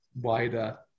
wider